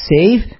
save